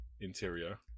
interior